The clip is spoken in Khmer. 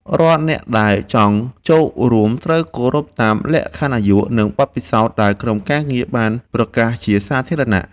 រាល់អ្នកដែលចង់ចូលរួមត្រូវគោរពតាមលក្ខខណ្ឌអាយុ និង បទពិសោធន៍ដែលក្រុមការងារបានប្រកាសជាសាធារណៈ។